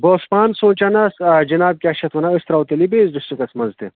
بہٕ اوسُس پانہٕ سونچھان حظ آ جِناب کیٛاہ چھِ اَتھ وَنان أسۍ تراوَو تیٚلہِ یہِ بیٚیِس ڈِسٹِکَس منٛز تہِ